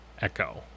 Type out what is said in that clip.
echo